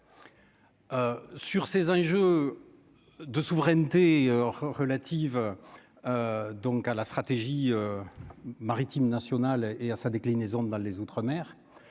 Sur ces enjeux de souveraineté relative donc à la stratégie maritime nationale et à sa déclinaison dans les outre-mer